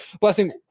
Blessing